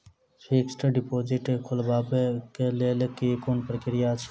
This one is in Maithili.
फिक्स्ड डिपोजिट खोलबाक लेल केँ कुन प्रक्रिया अछि?